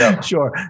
Sure